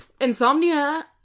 insomnia